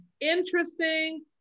interesting